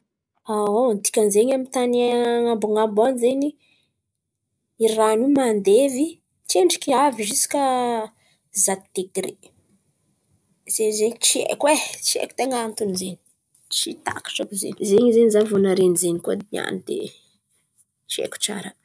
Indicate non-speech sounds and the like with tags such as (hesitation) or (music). (hesitation) Dikan'zen̈y amy ny tan̈y an̈abon̈abo an̈y zen̈y i ran̈o io mandevy tsendriky ziska san degre zen̈y zen̈y tsy haiko, tsy haiko ten̈a anton̈y zen̈y. Tsy takatro zen̈y, zen̈y zen̈y zah vao naharen̈y zen̈y koa nian̈y dia, tsy haiko tsara.